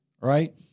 right